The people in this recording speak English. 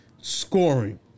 scoring